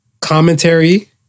commentary